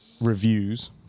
reviews